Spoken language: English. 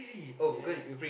ya